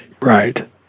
Right